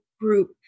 group